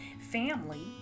family